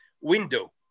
window